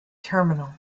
terminal